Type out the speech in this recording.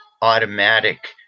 automatic